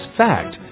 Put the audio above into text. fact